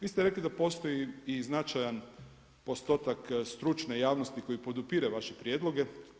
Vi ste rekli da postoji i značajan postotak stručne javnosti koji podupire vaše prijedloge.